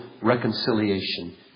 reconciliation